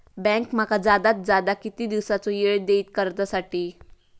Bank माका जादात जादा किती दिवसाचो येळ देयीत कर्जासाठी?